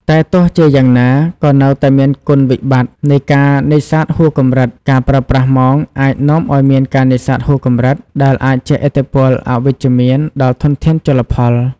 តែទោះជាយ៉ាងណា ក៏នៅតែមានគុណវិបត្តិនៃការនេសាទហួសកម្រិត ការប្រើប្រាស់មងអាចនាំឲ្យមានការនេសាទហួសកម្រិត ដែលអាចជះឥទ្ធិពលអវិជ្ជមានដល់ធនធានជលផល។